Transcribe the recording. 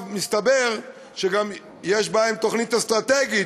מסתבר שיש בעיה עם תוכנית אסטרטגית,